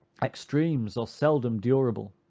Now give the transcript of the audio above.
extremes are seldom durable.